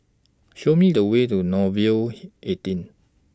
Show Me The Way to Nouvel eighteen